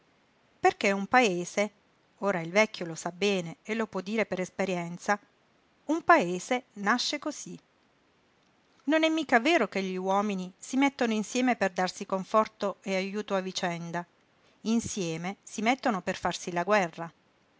casa perché un paese ora il vecchio lo sa bene e lo può dire per esperienza un paese nasce cosí non è mica vero che gli uomini si mettono insieme per darsi conforto e ajuto a vicenda insieme si mettono per farsi la guerra